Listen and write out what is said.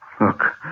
Look